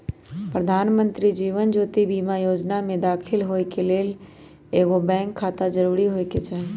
प्रधानमंत्री जीवन ज्योति बीमा जोजना में दाखिल होय के लेल एगो बैंक खाता जरूरी होय के चाही